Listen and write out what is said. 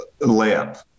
Layup